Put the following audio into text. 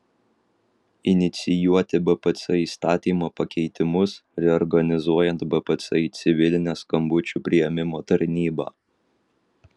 inicijuoti bpc įstatymo pakeitimus reorganizuojant bpc į civilinę skambučių priėmimo tarnybą